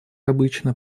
обычно